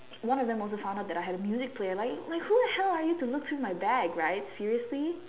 one of them also found out that I had music player like who the hell are you to look through my bag right seriously